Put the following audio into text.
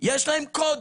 יש להם קוד